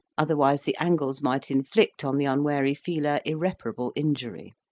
otherwise the angles might inflict on the unwary feeler irreparable injury.